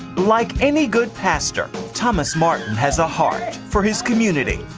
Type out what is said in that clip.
like any good pastor, thomas martin has a heart for his community.